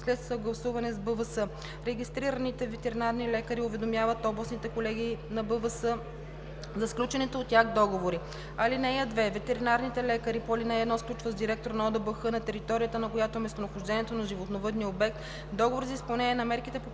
след съгласуване с БВС. Регистрираните ветеринарни лекари уведомяват областните колегии на БВС за сключените от тях договори. (2) Ветеринарните лекари по ал. 1 сключват с директора на ОДБХ на територията, на която е местонахождението на животновъдния обект, договори за изпълнение на мерките по